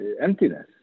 emptiness